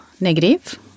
negative